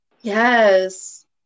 Yes